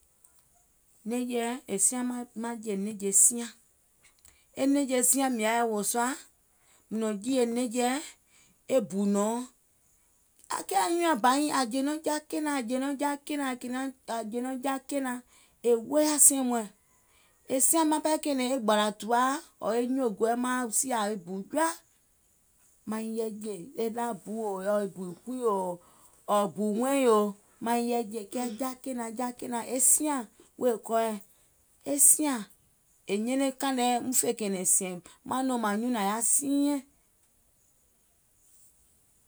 Nɛ̀ŋjeɛ̀, è siaŋ maŋ jè nɛ̀ŋje siaŋ, e nɛ̀ŋje siaàŋ mìŋ yɛɛ wòò sùà, mùŋ nɔ̀ŋ jììyè nɛ̀ŋje e bù nɔ̀ɔŋ. À kɛ anyùʋŋ nyaŋ bà nyiŋ àŋ jè nɔŋ ja kènaŋ, àŋ jè nɔŋ ja kènaŋ, àŋ jè nɔŋ ja kènaŋ, è wooyà sɛɛ̀iŋ mɔ̀ɛ̀. È siaŋ maŋ ɓɛɛ kɛ̀ɛ̀nɛ̀ŋ e gbàlà tùwaà maaŋ sìà e bu jɔa, maiŋ yɛɛ jè, e laabuò ɔ̀ɔ̀ bù kuiò, ɔ̀ɔ̀ bù wɛiŋò, maiŋ yɛɛ jè, kɛɛ ja kènaŋ, ja kènaŋ, e siàŋ wèè kɔɔɛ̀, e siàŋ, è nyɛnɛŋ kàìŋ nɛ muŋ fè kɛ̀ɛ̀nɛ̀ŋ sɛ̀ìŋ, maŋ nɔ̀ŋ mààŋ nyùùŋ nàŋ yaà siinyɛŋ.